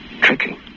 Tricky